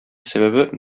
сәбәбе